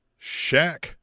Shaq